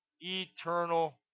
eternal